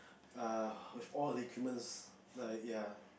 err with all the equipments the ya